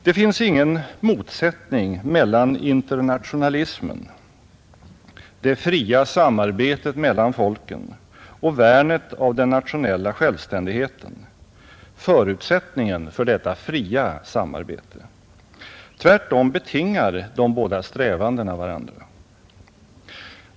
Det finns ingen motsättning mellan internationalismen, det fria samarbetet mellan folken, och värnet av den nationella självständigheten, förutsättningen för detta fria samarbete. Tvärtom betingar de båda strävandena varandra.